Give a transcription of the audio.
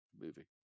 Movie